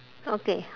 okay